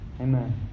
Amen